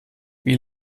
wie